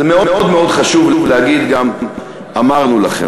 זה מאוד מאוד חשוב להגיד: אמרנו לכם,